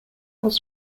was